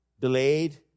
delayed